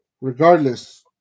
regardless